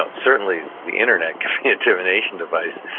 um certainly, the internet can be a divination device.